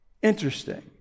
Interesting